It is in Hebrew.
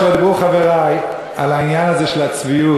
אדוני היושב-ראש, דיברו פה חברי על עניין הצביעות.